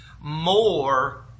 more